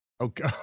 Okay